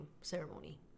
ceremony